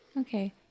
Okay